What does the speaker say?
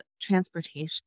transportation